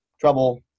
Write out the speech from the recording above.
trouble